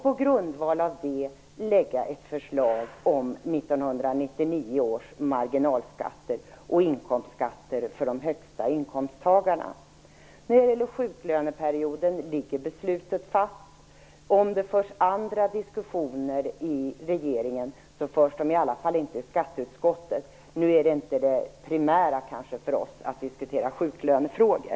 På grundval av detta kommer vi att lägga fram ett förslag om 1999 års marginalskatter och inkomstskatter för de högsta inkomsttagarna. Ifråga om sjuklöneperioden ligger beslutet fast. Om det förs andra diskussioner i regeringen så förs de i alla fall inte i skatteutskottet. Nu är kanske inte det primära för oss att diskutera sjuklönefrågor.